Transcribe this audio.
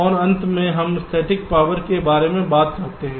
और अंत में हम स्थैतिक पावर के बारे में बात करते हैं